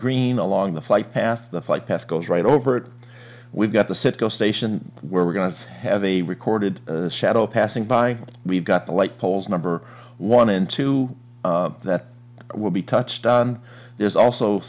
green along the flight path the flight path goes right over it we've got the citgo station where we're going to have a recorded shadow passing by we've got the light poles number one and two that will be touched down there's also